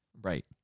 Right